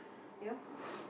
you know